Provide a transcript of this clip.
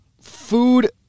food